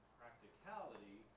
practicality